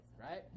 right